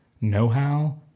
know-how